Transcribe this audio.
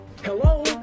Hello